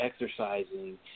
exercising